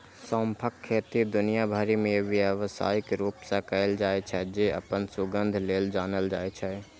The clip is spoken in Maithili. सौंंफक खेती दुनिया भरि मे व्यावसायिक रूप सं कैल जाइ छै, जे अपन सुगंध लेल जानल जाइ छै